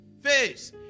face